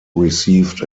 received